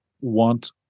want